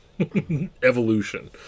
evolution